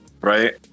right